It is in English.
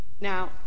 Now